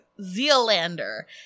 Zealander